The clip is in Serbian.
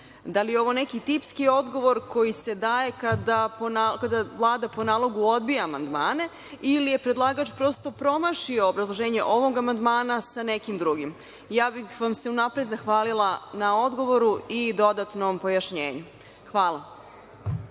Da li je ovo neki tipski odgovor koji se daje kada Vlada po nalogu odbija amandmane, ili je predlagač prosto promašio obrazloženje ovog amandmana sa nekim drugim? Ja bih vam se unapred zahvalila na odgovoru i dodatnom pojašnjenju. Hvala.